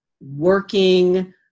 working